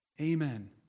amen